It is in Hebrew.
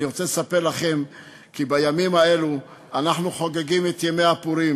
אני רוצה לספר לכם כי בימים האלה אנחנו חוגגים את ימי הפורים,